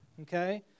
okay